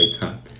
time